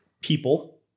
people